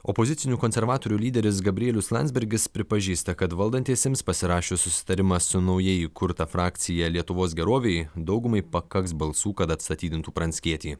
opozicinių konservatorių lyderis gabrielius landsbergis pripažįsta kad valdantiesiems pasirašius susitarimą su naujai įkurta frakcija lietuvos gerovei daugumai pakaks balsų kad atstatydintų pranckietį